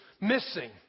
missing